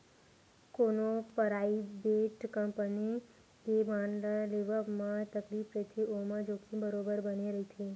कोनो private company के bond ल लेवब म तकलीफ रहिथे ओमा जोखिम बरोबर बने रथे